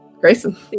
Grayson